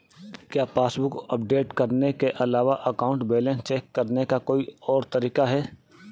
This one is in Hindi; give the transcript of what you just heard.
क्या पासबुक अपडेट करने के अलावा अकाउंट बैलेंस चेक करने का कोई और तरीका है?